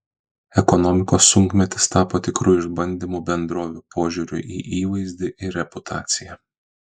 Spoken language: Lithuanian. ekonomikos sunkmetis tapo tikru išbandymu bendrovių požiūriui į įvaizdį ir reputaciją